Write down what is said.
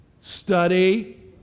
study